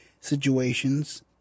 situations